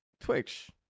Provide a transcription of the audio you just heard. twitch